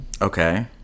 Okay